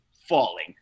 falling